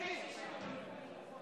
ביקשתי רשות.